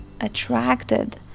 attracted